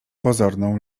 pozorną